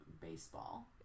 baseball